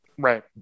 Right